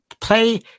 play